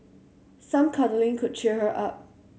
some cuddling could cheer her up